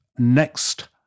next